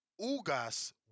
Ugas